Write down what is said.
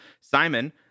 Simon